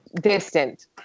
distant